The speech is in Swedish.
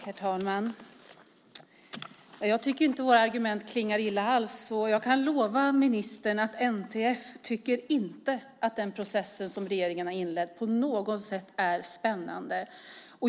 Herr talman! Nej, jag tycker inte alls att våra argument klingar illa. Jag kan lova ministern att NTF inte tycker att den process som regeringen har inlett på något sätt är spännande.